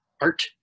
art